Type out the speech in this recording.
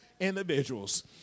individuals